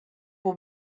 will